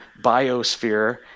biosphere